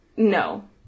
No